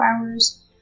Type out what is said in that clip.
hours